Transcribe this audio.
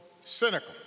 cynical